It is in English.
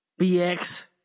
BX